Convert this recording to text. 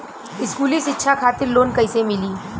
स्कूली शिक्षा खातिर लोन कैसे मिली?